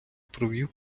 провів